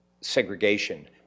segregation